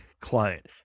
client